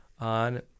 on